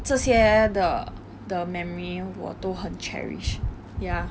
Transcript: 这些的的 memory 我都很 cherish ya